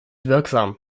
wirksam